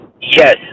Yes